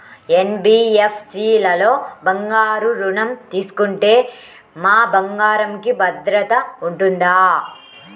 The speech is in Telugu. ఎన్.బీ.ఎఫ్.సి లలో బంగారు ఋణం తీసుకుంటే మా బంగారంకి భద్రత ఉంటుందా?